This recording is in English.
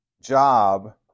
job